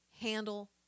handle